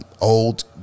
old